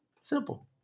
Simple